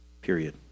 Period